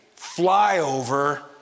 flyover